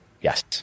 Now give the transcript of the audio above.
yes